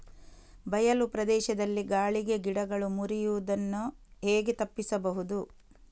ಬಯಲು ಪ್ರದೇಶದಲ್ಲಿ ಗಾಳಿಗೆ ಗಿಡಗಳು ಮುರಿಯುದನ್ನು ಹೇಗೆ ತಪ್ಪಿಸಬಹುದು?